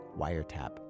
Wiretap